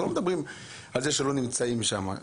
אנחנו לא מדברים על זה שלא נמצאים שם.